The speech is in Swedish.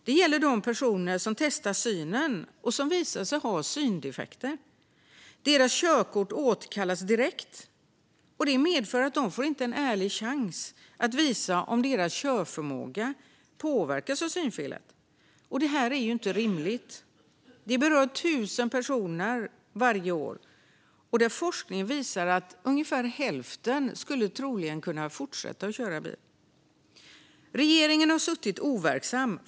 Det gäller de personer som testar synen och visar sig ha syndefekter. Deras körkort återkallas direkt. Det medför att de inte får en ärlig chans att visa om deras körförmåga påverkas av synfelet. Det här är inte rimligt. Det berör 1 000 personer varje år. Forskning visar att ungefär hälften av dem troligen skulle kunna fortsätta köra bil. Regeringen har suttit overksam.